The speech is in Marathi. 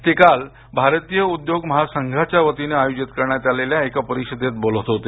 ते काल भारतीय उद्योग महासंघाच्या वतीने आयोजित करण्यात आलेल्या एका परिषदेत बोलत होते